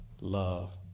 love